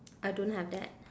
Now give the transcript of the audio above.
I don't have that